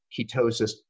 ketosis